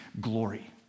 glory